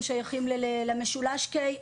הם שייכים למשולש K,